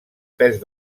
pes